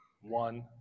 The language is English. one